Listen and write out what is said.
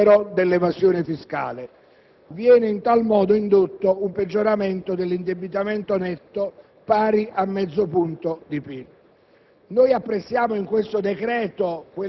principalmente come risultato del recupero dell'evasione fiscale. Viene in tal modo indotto un peggioramento dell'indebitamento netto, pari a mezzo punto di PIL.